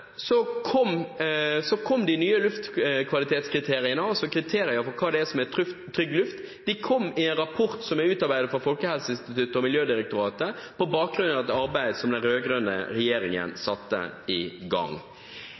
kom de nye luftkvalitetskriteriene, altså kriterier for hva som er trygg luft, etter anbefalinger i en rapport som er utarbeidet av Folkehelseinstituttet og Miljødirektoratet på bakgrunn av et arbeid som den rød-grønne regjeringen satte i gang.